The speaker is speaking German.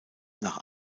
nach